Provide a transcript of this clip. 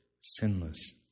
sinless